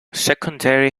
secondary